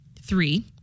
Three